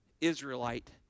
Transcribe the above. Israelite